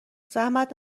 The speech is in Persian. زحمت